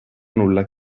nulla